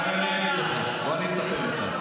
אבל אני אגיד לך, אני אספר לך.